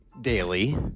Daily